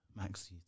Maxi